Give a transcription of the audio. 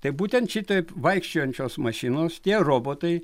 tai būtent šitaip vaikščiojančios mašinos tie robotai